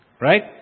Right